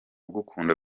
ugukunda